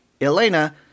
Elena